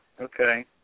okay